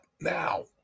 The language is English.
now